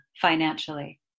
financially